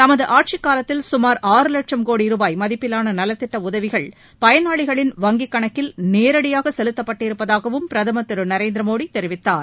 தமது ஆட்சிக் காலத்தில் சுமார் ஆறு லட்சம் கோடி ரூபாய் மதிப்பிலான நலத்திட்ட உதவிகள் பயனாளிகளின் வங்கிக் கணக்கில் நேரடியாக செலுத்தப்பட்டிருப்பதாகவும் பிரதமர் திரு நரேந்திர மோடி தெரிவித்தார்